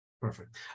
Perfect